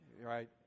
right